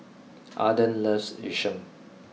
Arden loves Yu Sheng